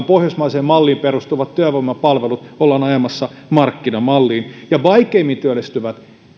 pohjoismaiseen malliin perustuvat työvoimapalvelut ollaan ajamassa markkinamalliin vaikeimmin työllistyvät